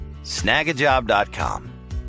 Snagajob.com